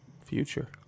Future